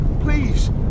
Please